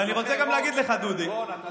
ואני רוצה גם להגיד לך, דודי, כי לנו אכפת.